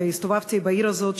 והסתובבתי בעיר הזאת,